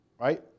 right